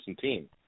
team